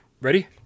ready